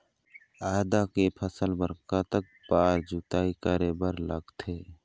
आदा के फसल बर कतक बार जोताई करे बर लगथे?